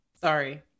sorry